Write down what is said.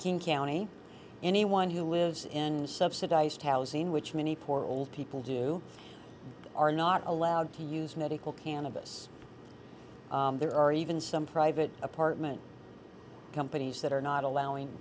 king county anyone who lives in subsidized housing which many poor old people do are not allowed to use medical cannabis there are even some private apartment companies that are not allowing